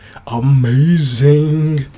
amazing